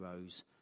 rose